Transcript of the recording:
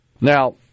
Now